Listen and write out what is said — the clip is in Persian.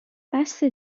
بسه